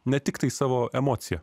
ne tiktai savo emociją